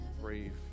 brave